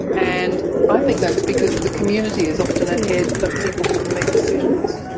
and i think that's because the community is often ahead of people who can make decisions.